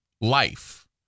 life